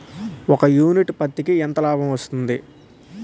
ఒక యూనిట్ పత్తికి ఎంత లాభం వస్తుంది?